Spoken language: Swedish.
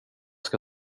ska